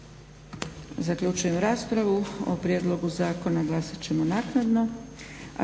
Zaključujem raspravu. O prijedlogu zakona glasat ćemo naknadno.